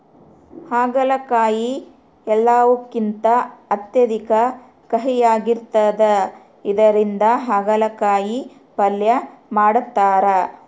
ಆಗಲಕಾಯಿ ಎಲ್ಲವುಕಿಂತ ಅತ್ಯಧಿಕ ಕಹಿಯಾಗಿರ್ತದ ಇದರಿಂದ ಅಗಲಕಾಯಿ ಪಲ್ಯ ಮಾಡತಾರ